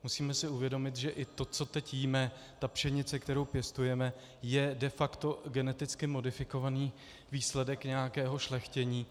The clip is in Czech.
Musíme si uvědomit, že i to, co teď jíme, ta pšenice, kterou pěstujeme, je de facto geneticky modifikovaný výsledek nějakého šlechtění.